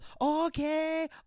Okay